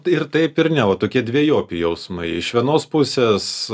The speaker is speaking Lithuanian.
ir taip ir ne va tokie dvejopi jausmai iš vienos pusės